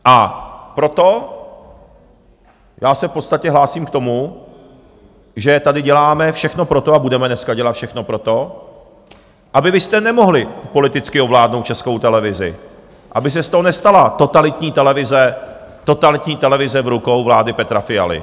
A proto já se v podstatě hlásím k tomu, že tady děláme všechno pro to a budeme dneska dělat všechno pro to, abyste nemohli politicky ovládnout Českou televizi, aby se z toho nestala totalitní televize totalitní televize v rukou vlády Petra Fialy.